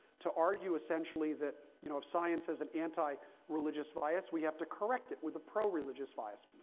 to argue essentially that you know if science has an anti religious bias, we have to correct it with a pro religious bias.